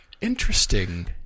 Interesting